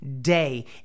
day